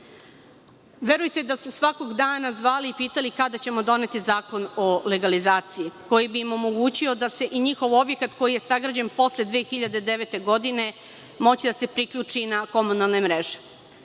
Verujte da su svakog dana zvali i pitali kada ćemo doneti zakon o legalizaciji, koji bi im omogućio da se i njihov objekat, koji je sagrađen posle 2009. godine, moći da se priključi na komunalne mreže.